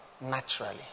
naturally